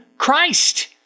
christ